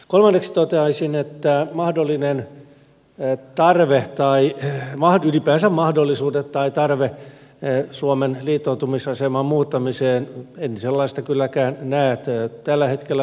kolmanneksi toteaisin että mahdollista tarvetta tai ylipäänsä mahdollisuutta tai tarvetta suomen liittoutumisaseman muuttamiseen en näe tällä hetkellä